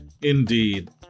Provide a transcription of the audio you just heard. Indeed